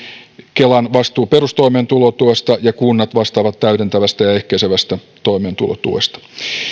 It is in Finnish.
kelalla on vastuu perustoimeentulotuesta ja kunnat vastaavat täydentävästä ja ehkäisevästä toimeentulotuesta